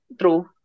True